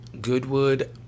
Goodwood